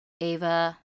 Ava